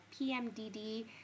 PMDD